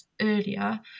earlier